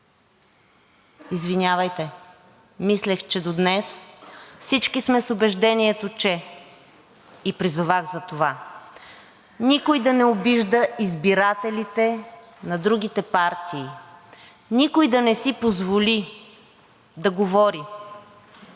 Извинявайте, мислех, че до днес всички сме с убеждението, и призовах за това, никой да не обижда избирателите на другите партии, никой да не си позволи да говори